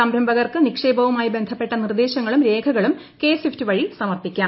സംരംഭകർക്ക് നിക്ഷേപവുമായി ബന്ധപ്പെട്ട നിർദ്ദേശങ്ങളും രേഖകളും കെ സ്വിഫ്റ്റ് വഴി സമർപ്പിക്കാം